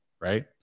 right